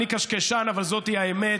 אני קשקשן, אבל זאת האמת.